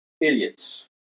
idiots